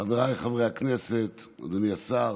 חבריי חברי הכנסת, אדוני השר,